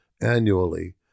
annually